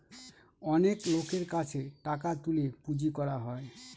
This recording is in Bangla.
অনেক লোকের কাছে টাকা তুলে পুঁজি করা হয়